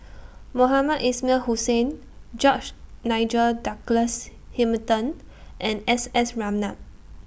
Mohamed Ismail Hussain George Nigel Douglas Hamilton and S S Ratnam